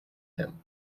him